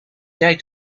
jij